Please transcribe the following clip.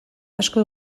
asko